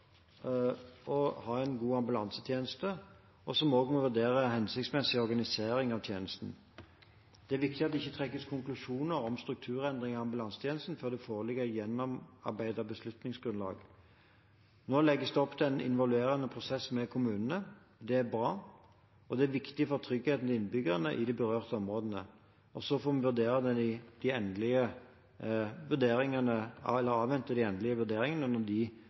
å ha en god ambulansetjeneste, og som må vurdere hva som er en hensiktsmessig organisering av tjenesten. Det er viktig at det ikke trekkes konklusjoner om strukturendringer i ambulansetjenesten før det foreligger et gjennomarbeidet beslutningsgrunnlag. Nå legges det opp til en involverende prosess med kommunene. Det er bra, og det er viktig for tryggheten til innbyggerne i de berørte områdene. Så får vi avvente de endelige vurderingene,